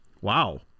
wow